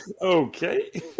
Okay